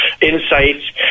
insights